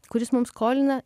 kuris mum skolina